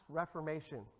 reformation